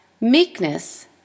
Meekness